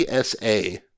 PSA